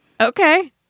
Okay